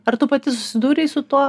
ar tu pati susidūrei su tuo